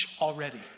already